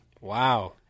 Wow